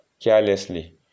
carelessly